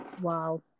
Wow